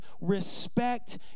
respect